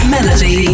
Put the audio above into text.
Melody